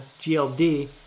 GLD